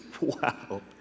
wow